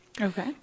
Okay